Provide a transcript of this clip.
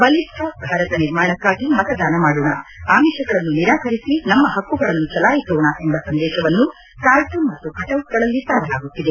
ಬಲಿಷ್ಟ ಭಾರತ ನಿರ್ಮಾಣಕ್ಕಾಗಿ ಮತದಾನ ಮಾಡೋಣ ಆಮಿಪಗಳನ್ನು ನಿರಾಕರಿಸಿ ನಮ್ನ ಪಕ್ಕುಗಳನ್ನು ಚಲಾಯಿಸೋಣ ಎಂಬ ಸಂದೇಶವನ್ನು ಕಾರ್ಟೂನ್ ಮತ್ತು ಕಟೌಟ್ಗಳಲ್ಲಿ ಸಾರಲಾಗುತ್ತಿದೆ